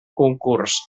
concurs